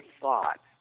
thought